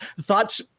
thoughts